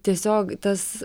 tiesiog tas